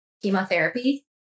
chemotherapy